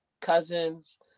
cousins